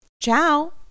Ciao